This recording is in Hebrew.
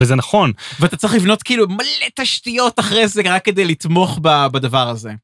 וזה נכון, ואתה צריך לבנות כאילו מלא תשתיות אחרי זה רק כדי לתמוך בדבר הזה.